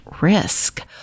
risk